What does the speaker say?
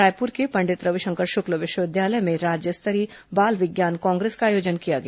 रायपुर के पंडित रविशंकर शुक्ल विश्वविद्यालय में राज्य स्तरीय बाल विज्ञान कांग्रेस का आयोजन किया गया